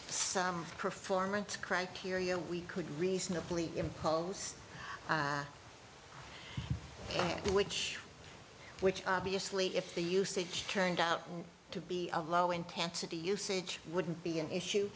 some performance criteria we could reasonably impose which which obviously if the usage turned out to be a low intensity usage wouldn't be an issue